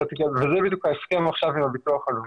וזה בדיוק ההסכם עכשיו עם ביטוח לאומי,